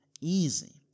easy